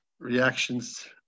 Reactions